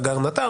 "אגר נטר",